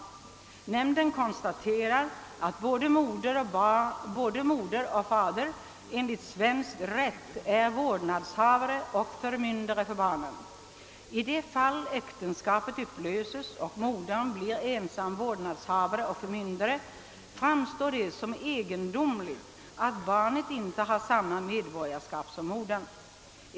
Nämnden konstaterar att både modern och fadern enligt svensk rätt är vårdnadshavare och förmyndare för barnen. I de fall äktenskapet upplöses och modern blir ensam vårdnadshavare och förmyndare, framstår det som egendomligt att barnet inte har samma medborgarskap som modern.